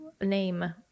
name